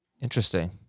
Interesting